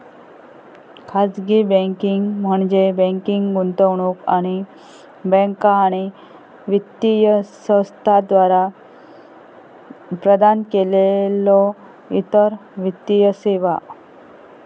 खाजगी बँकिंग म्हणजे बँकिंग, गुंतवणूक आणि बँका आणि वित्तीय संस्थांद्वारा प्रदान केलेल्यो इतर वित्तीय सेवा